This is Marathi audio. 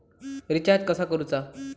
रिचार्ज कसा करूचा?